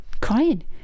crying